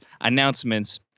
announcements